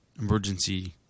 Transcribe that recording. emergency